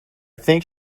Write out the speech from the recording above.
think